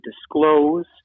disclose